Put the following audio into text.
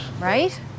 Right